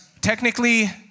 technically